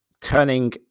turning